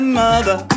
mother